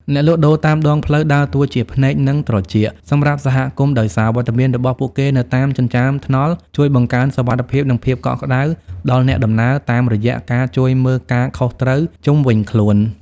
អ្នកលក់ដូរតាមដងផ្លូវដើរតួជា "ភ្នែក និងត្រចៀក" សម្រាប់សហគមន៍ ដោយសារវត្តមានរបស់ពួកគេនៅតាមចិញ្ចើមថ្នល់ជួយបង្កើនសុវត្ថិភាព និងភាពកក់ក្ដៅដល់អ្នកដំណើរតាមរយៈការជួយមើលការខុសត្រូវជុំវិញខ្លួន។